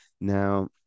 Now